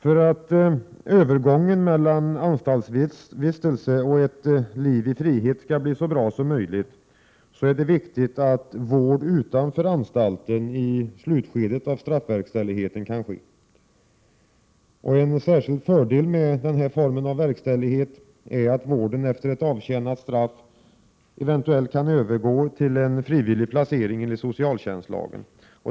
För att övergången mellan anstaltsvistelse och ett liv i frihet skall bli så bra som möjligt är det viktigt att vård utanför anstalten i slutskedet av straffverkställigheten kan ske. En särskild fördel med denna form av verkställighet är att vården efter avtjänat straff eventuellt kan övergå till frivillig placering enligt socialtjänstlagen.